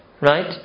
Right